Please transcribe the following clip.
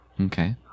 Okay